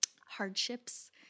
hardships